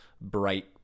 bright